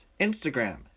Instagram